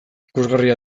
ikusgarria